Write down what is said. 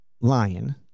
lion